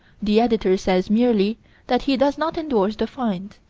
the editor says merely that he does not endorse the find.